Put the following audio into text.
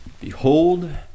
Behold